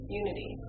unity